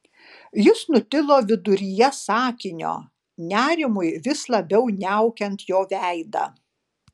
jis nutilo viduryje sakinio nerimui vis labiau niaukiant jo veidą